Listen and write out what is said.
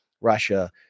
Russia